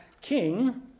king